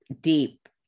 deep